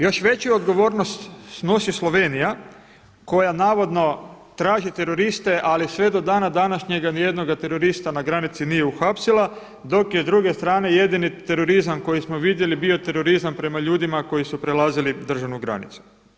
Još veću odgovornost snosi Slovenija koja navodno traži teroriste, ali sve do dana današnjega nijednoga terorista na granici nije uhapsila, dok je s druge strane jedini terorizam koji smo vidjeli bio terorizam prema ljudima koji su prelazili državnu granicu.